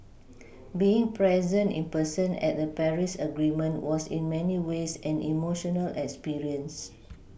being present in person at the Paris agreement was in many ways an emotional experience